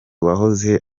wahoze